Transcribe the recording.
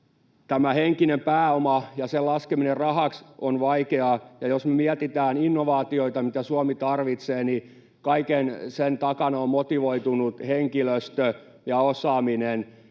tämän henkisen pääoman laskeminen rahaksi on vaikeaa. Jos me mietitään innovaatioita, mitä Suomi tarvitsee, niin kaiken sen takana on motivoitunut henkilöstö ja osaaminen.